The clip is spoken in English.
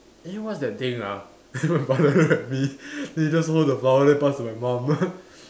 eh what's that thing ah my father he he just hold the flower then pass to my mum